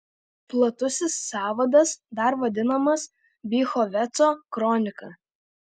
platusis sąvadas dar vadinamas bychoveco kronika